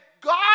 God